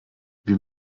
wir